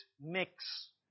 mix